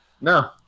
No